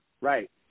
Right